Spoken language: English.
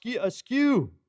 askew